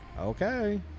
Okay